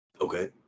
Okay